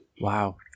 Wow